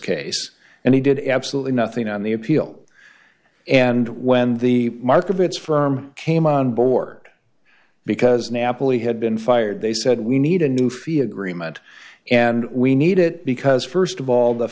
case and he did absolutely nothing on the appeal and when the markets firm came on board because napoli had been fired they said we need a new fee agreement and we need it because st of all the